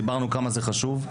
דיברנו כמה זה חשוב.